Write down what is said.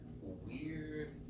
weird